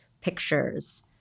pictures